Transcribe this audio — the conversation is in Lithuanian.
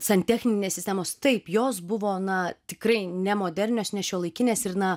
santechninės sistemos taip jos buvo na tikrai nemodernios nešiuolaikinės ir na